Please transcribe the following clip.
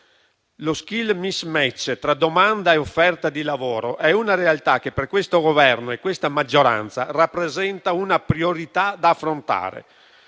Lo *skill mismatch* tra domanda e offerta di lavoro è una realtà che, per il Governo e la maggioranza, rappresenta una priorità da affrontare.